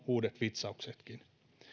uudet vitsauksetkin